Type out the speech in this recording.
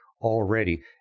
already